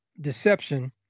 deception